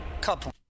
couple